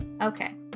Okay